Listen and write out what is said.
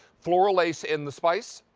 floral lace in the spice,